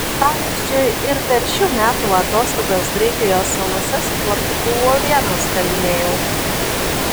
pavyzdžiui ir per šių metų atostogas graikijos salose su plaktuku uolienas kalinėjau